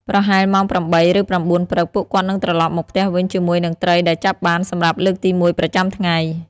ប្រហែលម៉ោង ៨ ឬ ៩ ព្រឹក ពួកគាត់នឹងត្រឡប់មកផ្ទះវិញជាមួយនឹងត្រីដែលចាប់បានសម្រាប់លើកទីមួយប្រចាំថ្ងៃ។